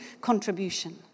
contribution